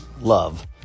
love